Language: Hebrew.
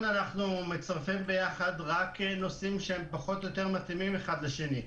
אנחנו מצרפים ביחד רק נוסעים שפחות או יותר מתאימים אחד לשני.